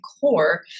core